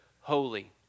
holy